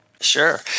Sure